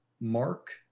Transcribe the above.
mark